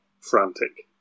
frantic